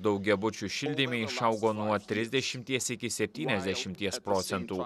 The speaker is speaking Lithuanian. daugiabučių šildyme išaugo nuo trisdešimties iki septyniasdešimties procentų